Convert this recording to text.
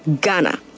Ghana